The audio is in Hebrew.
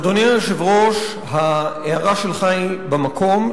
אדוני היושב-ראש, ההערה שלך היא במקום.